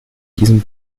diesem